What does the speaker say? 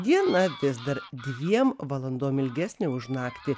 diena vis dar dviem valandom ilgesnė už naktį